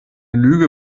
lüge